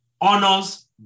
honors